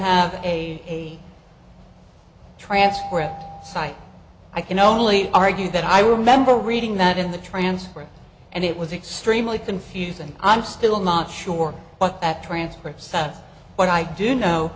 have a transcript site i can only argue that i remember reading that in the transcript and it was extremely confusing i'm still not sure what that transcript sat but i do know